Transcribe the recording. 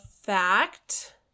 fact